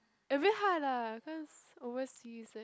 a bit hard lah cause overseas eh